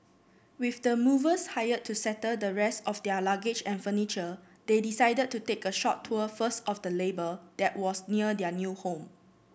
with the movers hired to settle the rest of their luggage and furniture they decided to take a short tour first of the harbour that was near their new home